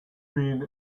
been